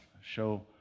show